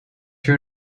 your